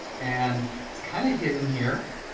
and it's kind of hidden here,